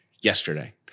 yesterday